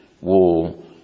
wall